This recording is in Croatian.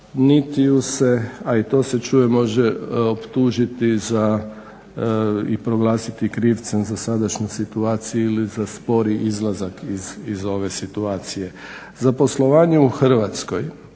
niti ju se, a to se čujem, može optužiti za, i proglasiti krivcem, za sadašnju situaciju ili za spori izlazak iz ove situacije. Za poslovanje u Hrvatskoj,